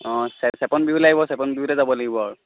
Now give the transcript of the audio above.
অঁ চেপন বিহুলৈ আহিব চেপন বিহুতে যাব লাগিব আৰু